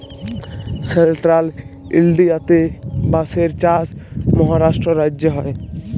central ইলডিয়াতে বাঁশের চাষ মহারাষ্ট্র রাজ্যে হ্যয়